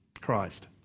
Christ